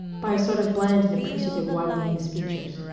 by a sort of bland and appreciative widening of his features.